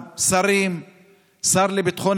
בוועדת החוקה.